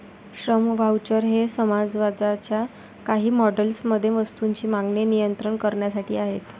श्रम व्हाउचर हे समाजवादाच्या काही मॉडेल्स मध्ये वस्तूंची मागणी नियंत्रित करण्यासाठी आहेत